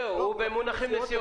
הוא במונחי נסיעות.